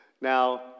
Now